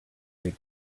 think